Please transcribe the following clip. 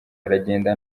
aragenda